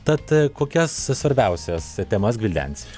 tad kokias svarbiausias temas gvildensi